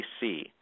see